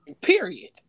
Period